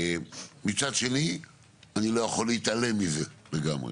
מצד שני אני לא יכול להתעלם מזה לגמרי,